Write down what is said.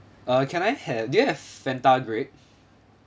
uh can I have do you have Fanta grape